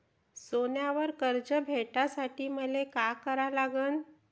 सोन्यावर कर्ज भेटासाठी मले का करा लागन?